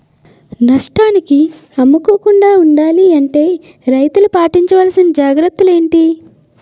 నష్టానికి అమ్ముకోకుండా ఉండాలి అంటే రైతులు పాటించవలిసిన జాగ్రత్తలు ఏంటి